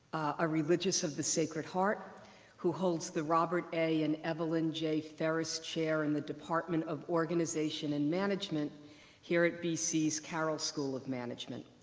a religious of the sacred heart who holds the robert a. and evelyn j. ferris chair in the department of organization and management here at bc's carroll school of management.